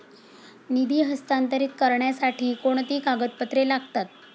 निधी हस्तांतरित करण्यासाठी कोणती कागदपत्रे लागतात?